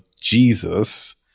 Jesus